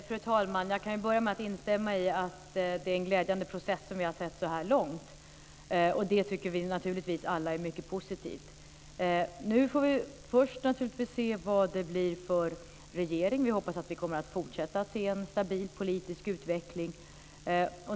Fru talman! Jag kan börja med att instämma i att det är en glädjande process som vi har sett så här långt. Det tycker vi naturligtvis alla är mycket positivt. Nu får vi först se vad det blir för regering. Vi hoppas att vi kommer att fortsätta att se en stabil politisk utveckling.